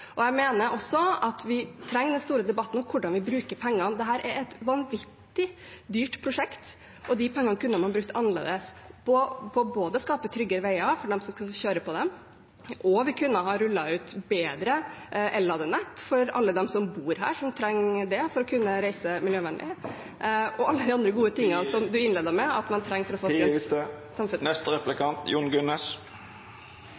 skip. Jeg mener også at vi trenger den store debatten om hvordan vi bruker pengene. Dette er et vanvittig dyrt prosjekt, og de pengene kunne man ha brukt annerledes, både på å skape tryggere veier for dem som skal kjøre på dem, og å ha rullet ut et bedre elladenett for alle dem som bor her, og som trenger det for å kunne reise miljøvennlig – og alle de andre gode tingene som representanten innledet med, som man trenger for å få